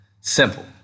Simple